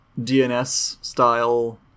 DNS-style